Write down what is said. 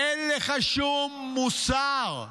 אין לך שום מוסר.